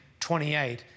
28